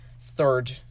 third